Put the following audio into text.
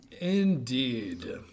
Indeed